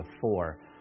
four